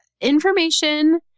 information